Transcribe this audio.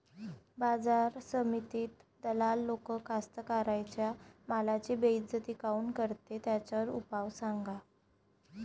बाजार समितीत दलाल लोक कास्ताकाराच्या मालाची बेइज्जती काऊन करते? त्याच्यावर उपाव सांगा